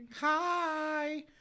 Hi